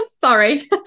sorry